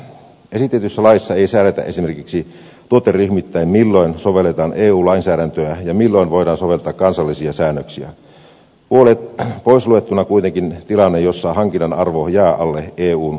esitetyssä laissa ei säädetä esimerkiksi tuoteryhmittäin milloin sovelletaan eu lainsäädäntöä ja milloin voidaan soveltaa kansallisia säännöksiä pois luettuna kuitenkin tilanne jolloin hankinnan arvo jää alle eu kynnysarvon